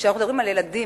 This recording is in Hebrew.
וכשאנחנו מדברים על ילדים,